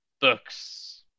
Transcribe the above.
Books